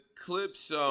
Clips